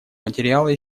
материала